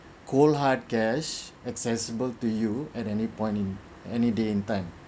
cold hard cash accessible to you at any point in any day in time